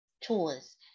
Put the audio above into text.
tools